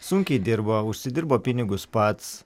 sunkiai dirbo užsidirbo pinigus pats